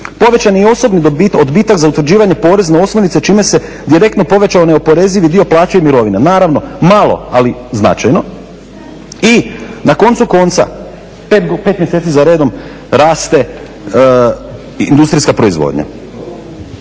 Povećani osobni odbitak za utvrđivanje porezne osnovice čime se direktno povećao neoporezivi dio plaća i mirovina. Naravno malo, ali značajno. I na koncu konca 5 mjeseci za redom raste industrijska proizvodnja,